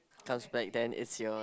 comes back then it's yours